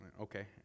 okay